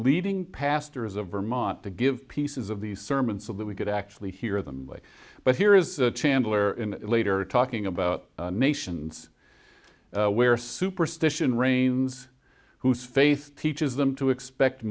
leading pastors of vermont to give pieces of the sermon so that we could actually hear them but here is chandler in later talking about nations where superstition reigns whose faith teaches them to expect